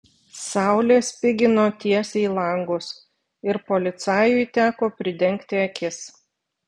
saulė spigino tiesiai į langus ir policajui teko pridengti akis